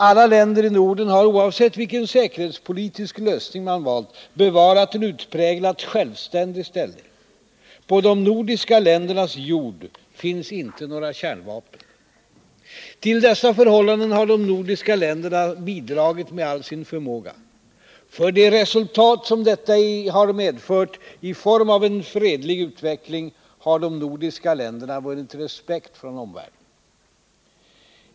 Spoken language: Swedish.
Alla länder i Norden har — oavsett vilken säkerhetspolitisk lösning de har valt — bevarat en utpräglat självständig ställning. På de nordiska ländernas jord finns inte några kärnvapen. Till dessa förhållanden har de nordiska länderna bidragit med all sin förmåga. För de resultat som detta har medfört i form av en fredlig utveckling har de nordiska länderna vunnit respekt från omvärlden.